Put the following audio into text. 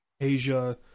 Asia